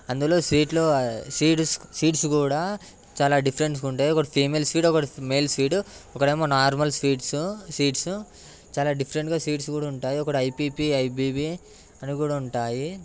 ఇందులో సీట్లు seed seeds కూడా చాలా డిఫరెంట్గా ఉంటాయి ఒకటి ఫిమేల్ సీడ్ ఒకటి మేల్ సీడ్ ఒకటి ఏమో నార్మల్ సీడ్స్ చాలా డిఫరెంట్ సీడ్స్ కూడా ఉంటాయి ఒకటి ఐపిపి ఐబిబి అని కూడా ఉంటాయి